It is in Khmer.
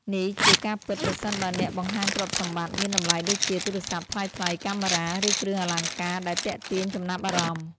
នេះជាការពិតប្រសិនបើអ្នកបង្ហាញទ្រព្យសម្បត្តិមានតម្លៃដូចជា ទូរស័ព្ទថ្លៃៗ កាមេរ៉ា ឬគ្រឿងអលង្ការដែលទាក់ទាញចំណាប់អារម្មណ៍។